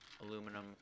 aluminum